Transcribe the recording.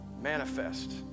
manifest